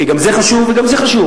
כי גם זה חשוב וגם זה חשוב.